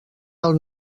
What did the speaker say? del